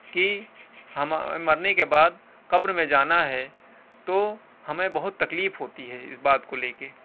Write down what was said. کہ ہم مرنے کے بعد قبر میں جانا ہے تو ہمیں بہت تکلیف ہوتی ہے اس بات کو لے کے